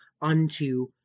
unto